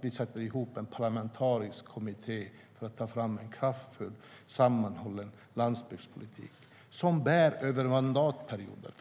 Vi sätter ihop en parlamentarisk kommitté för att ta fram en kraftfull sammanhållen landsbygdspolitik som förhoppningsvis bär över mandatperioder